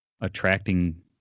attracting